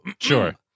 Sure